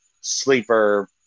sleeper